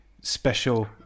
special